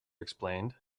explained